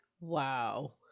Wow